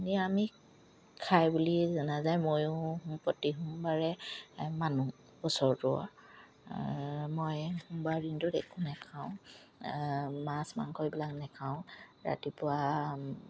নিৰামিষ খায় বুলি জনা যায় ময়ো প্ৰতি সোমবাৰে মই সোমবাৰ দিনটোত একো নেখাওঁ মাছ মাংস এইবিলাক নেখাওঁ ৰাতিপুৱা